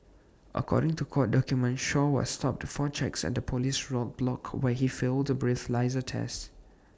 according to court documents Shaw was stopped for checks at A Police roadblock where he failed A breathalyser test